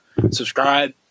Subscribe